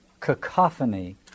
cacophony